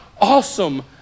awesome